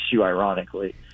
ironically